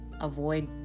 avoid